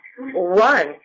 one